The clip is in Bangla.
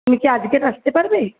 তুমি কি আজকের আসতে পারবে